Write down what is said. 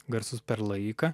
garsus per laiką